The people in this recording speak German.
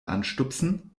anstupsen